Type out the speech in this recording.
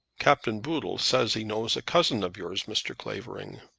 captain boodle says he knows a cousin of yours, mr. clavering.